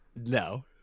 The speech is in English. No